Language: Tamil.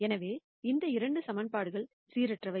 எனவே இந்த 2 ஈகிவேஷன்ககள் சீரற்றவை